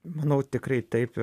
manau tikrai taip